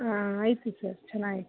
ಆಂ ಐತೆ ಸರ್ ಚೆನ್ನಾಗಿ ಐತೆ